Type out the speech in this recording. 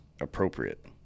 appropriate